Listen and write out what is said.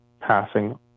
passing